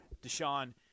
Deshaun